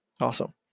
Awesome